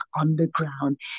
underground